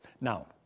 Now